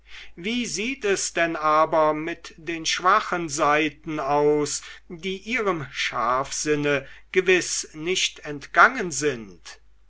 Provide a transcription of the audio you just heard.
wie sieht es denn aber mit den schwachen seiten aus die ihrem scharfsinne gewiß nicht entgangen sind